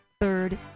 third